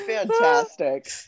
fantastic